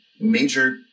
major